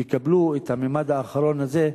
יקבלו את הממד האחרון הזה,